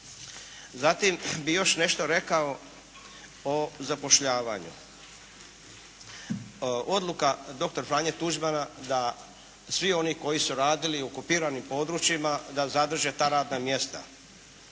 Zatim bih još nešto rekao o zapošljavanju. Odluka doktor Franje Tuđmana da svi oni koji su radili u okupiranim područjima da zadrže ta radna mjesta.